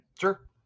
Sure